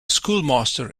schoolmaster